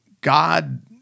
God